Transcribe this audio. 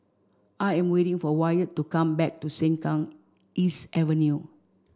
I am waiting for Wyatt to come back to Sengkang East Avenue